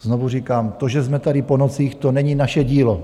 Znovu říkám, to, že jsme tady po nocích, to není naše dílo.